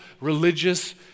religious